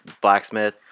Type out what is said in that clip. blacksmith